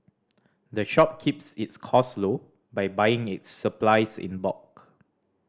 the shop keeps its cost low by buying its supplies in bulk